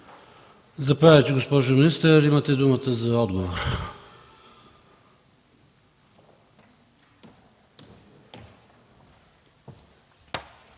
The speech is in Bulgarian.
Заповядайте, госпожо министър. Имате думата за отговор.